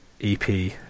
ep